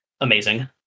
amazing